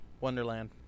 wonderland